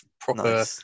proper